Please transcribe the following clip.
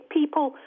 people